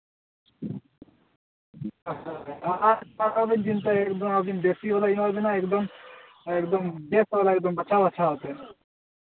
ᱦᱳᱭ ᱟᱨ ᱮᱠᱟᱞ ᱟᱞᱚ ᱵᱤᱱ ᱪᱤᱱᱛᱟᱹᱭᱟ ᱮᱠᱫᱚᱢ ᱟᱹᱵᱤᱱ ᱫᱮᱥᱤ ᱵᱟᱞᱟᱧ ᱮᱢᱟᱵᱤᱱᱟ ᱮᱠᱫᱚᱢ ᱮᱠᱫᱚᱢ ᱵᱮᱥ ᱵᱟᱞᱟ ᱵᱟᱪᱷᱟᱣ ᱵᱟᱪᱷᱟᱣ ᱛᱮ